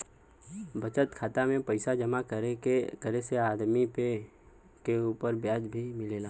बचत खाता में पइसा जमा करे से आदमी के उपर ब्याज भी मिलेला